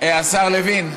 השר לוין,